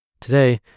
Today